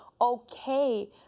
okay